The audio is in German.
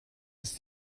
ist